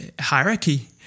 hierarchy